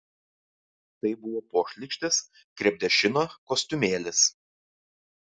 tai buvo pošlykštis krepdešino kostiumėlis